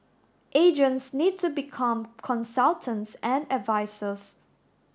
agents need to become consultants and advisers